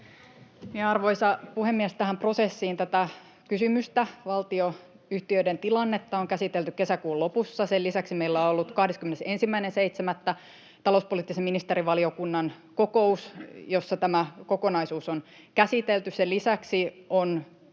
Arvoisa puhemies! Tähän prosessiin: Tätä kysymystä, valtionyhtiöiden tilannetta, on käsitelty kesäkuun lopussa. Sen lisäksi meillä on ollut 21.7. talouspoliittisen ministerivaliokunnan kokous, jossa tämä kokonaisuus on käsitelty. Sen lisäksi on